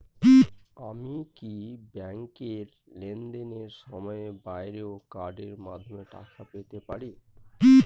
আমি কি ব্যাংকের লেনদেনের সময়ের বাইরেও কার্ডের মাধ্যমে টাকা পেতে পারি?